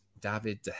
David